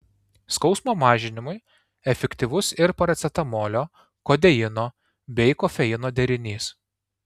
skausmo mažinimui efektyvus ir paracetamolio kodeino bei kofeino derinys